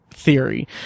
theory